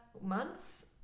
months